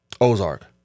Ozark